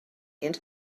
into